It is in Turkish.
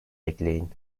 ekleyin